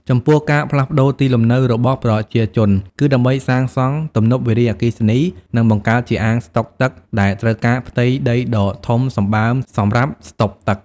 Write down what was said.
ចំពោះ ការផ្លាស់ទីលំនៅរបស់ប្រជាជន គឺដើម្បីសាងសង់ទំនប់វារីអគ្គិសនី និងបង្កើតជាអាងស្តុកទឹកដែលត្រូវការផ្ទៃដីដ៏ធំសម្បើមសម្រាប់ស្តុបទឹក។